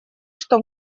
что